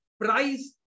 price